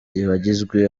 wagizwe